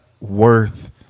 worth